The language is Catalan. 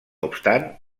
obstant